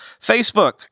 Facebook